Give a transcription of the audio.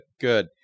good